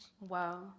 Wow